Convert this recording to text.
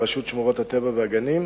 רשות שמורות הטבע והגנים,